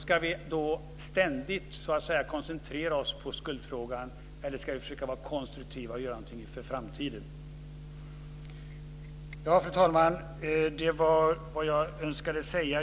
Ska vi då ständigt koncentrera oss på skuldfrågan, eller ska vi försöka vara konstruktiva och göra någonting inför framtiden? Fru talman! Det var vad jag önskade säga.